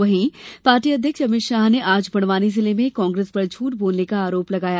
वहीं पार्टी अध्यक्ष अमित शाह ने आज बड़वानी जिले में कांग्रेस पर झूठ बोलने का आरोप लगाया